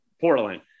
Portland